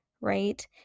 right